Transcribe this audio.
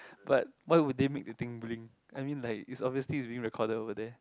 but why would they make the thing blink I mean like is obviously is being recorded over there